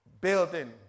Building